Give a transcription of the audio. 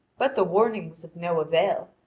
but the warning was of no avail,